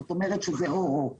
זה או זה או זה.